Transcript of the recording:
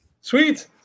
Sweet